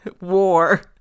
war